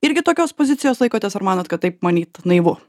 irgi tokios pozicijos laikotės ar manot kad taip manyt naivu